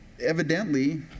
Evidently